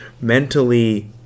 mentally